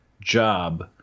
Job